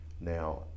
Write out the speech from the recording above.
Now